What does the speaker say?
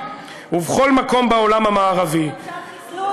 גם שם סגרו אותו?